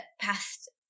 past